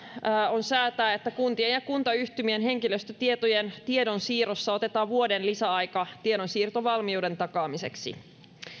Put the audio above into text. on säätää että kuntien ja kuntayhtymien henkilöstötietojen tiedonsiirrossa otetaan vuoden lisäaika tiedonsiirtovalmiuden takaamiseksi